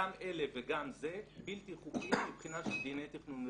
גם אלה וגם זה בלתי חוקיים מבחינת דיני תכנון ובניה,